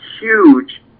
huge